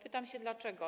Pytam się dlaczego.